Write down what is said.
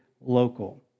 local